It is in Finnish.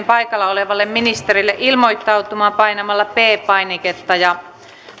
paikalla olevalle ministerille ilmoittautumaan painamalla p painiketta ja